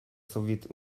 soviet